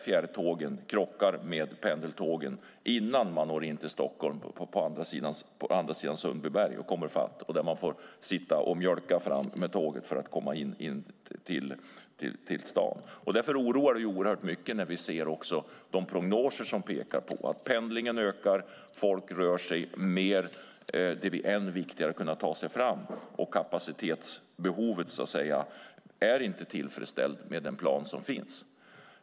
Fjärrtågen krockar med pendeltågen innan man når in till Stockholm, på andra sidan Sundbyberg. Man får sitta som i ett mjölktåg för att komma in till stan. Därför oroar det oerhört mycket när vi ser de prognoser som pekar på att pendlingen ökar och att folk rör sig mer. Det blir ännu viktigare att kunna ta sig fram, och kapacitetsbehovet är inte tillfredsställt med den plan som finns.